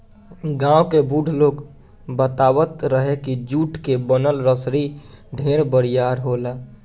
गांव के बुढ़ लोग बतावत रहे की जुट के बनल रसरी ढेर बरियार होला